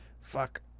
Fuck